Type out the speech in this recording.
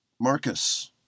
Marcus